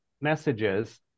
messages